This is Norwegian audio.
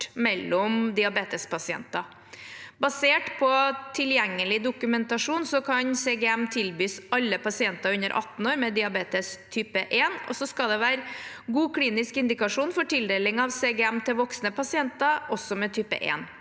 mellom diabetespasienter. Basert på tilgjengelig dokumentasjon kan CGM tilbys alle pasienter under 18 år med diabetes type 1, og det skal også være god klinisk indikasjon for tildeling av CGM til voksne pasienter med type 1.